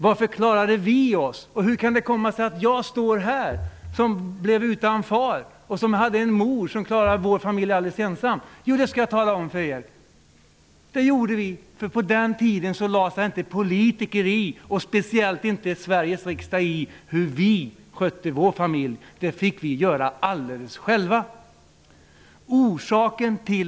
Varför klarade vi oss? Hur kan det komma sig att jag står här, jag som blev utan far och som hade en mor som klarade vår familj helt ensam? Jo, det skall jag tala om för er. Det gjorde vi, för på den tiden lade sig inte politiker i, speciellt inte Sveriges riksdag, hur vi skötte vår familj. Det fick vi göra alldeles själva.